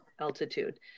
altitude